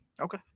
Okay